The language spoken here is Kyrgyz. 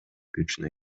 күчүнө